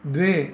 द्वे